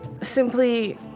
simply